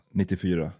94